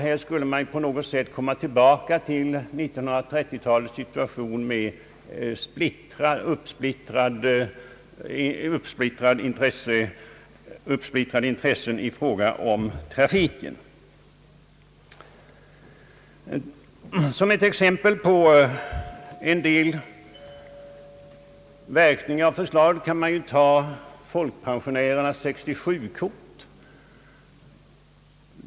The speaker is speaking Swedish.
Nu skulle man på något sätt komma tillbaka till 1930-talets situation med uppsplittrade intressen i fråga om trafiken. Som ett exempel på en del verkningar av förslaget kan man ta folkpensionärernas 67-kort.